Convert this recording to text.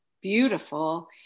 beautiful